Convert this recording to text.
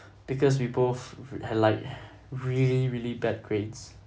because we both had like really really bad grades